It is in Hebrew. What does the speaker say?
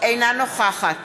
אינה נוכחת